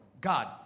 God